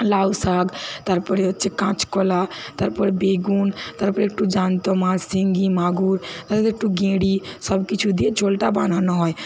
লাউ শাগ তারপরে হচ্ছে কাঁচকলা তারপর বেগুন তারপরে একটু জ্যান্ত মাছ শিঙ্গি মাগুর তারপরে একটু গেঁড়ি সবকিছু দিয়ে ঝোলটা বানানো হয়